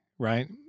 Right